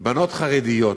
בנות חרדיות